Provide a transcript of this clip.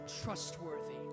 trustworthy